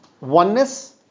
oneness